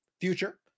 future